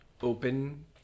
open